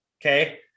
Okay